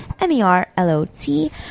M-E-R-L-O-T